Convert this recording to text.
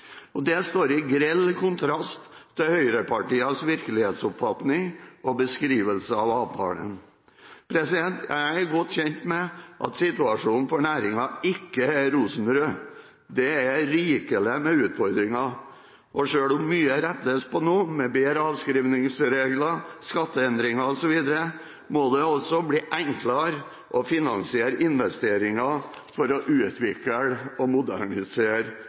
landbruket. Dette står i grell kontrast til høyrepartienes virkelighetsoppfatning og beskrivelse av avtalen. Jeg er godt kjent med at situasjonen for næringen ikke er rosenrød – det er rikelig med utfordringer. Og selv om mye rettes på nå, med bedre avskrivningsregler, skatteendringer osv., må det også bli enklere å finansiere investeringer for å utvikle og modernisere